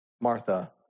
Martha